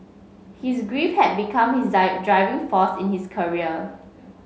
his grief had become his driving force in his career